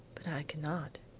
but i cannot.